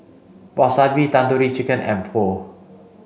Wasabi Tandoori Chicken and Pho